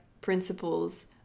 principles